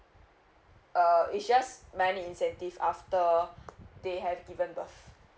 uh it's just money incentive after they have given birth